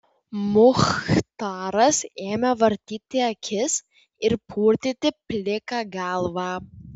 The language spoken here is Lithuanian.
muchtaras ėmė vartyti akis ir purtyti pliką galvą